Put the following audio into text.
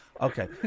Okay